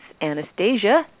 Anastasia